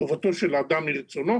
טובתו של האדם היא רצונו,